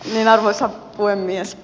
arvoisa puhemies